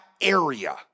area